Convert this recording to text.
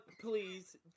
please